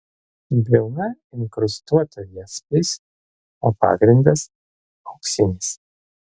briauna inkrustuota jaspiais o pagrindas auksinis